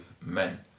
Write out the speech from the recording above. men